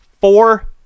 four